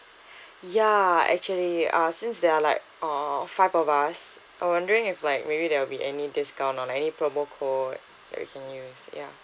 ya actually uh since there are like uh five of us I'm wondering if like maybe there'll be any discount or any promo code that we can use ya